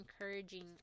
encouraging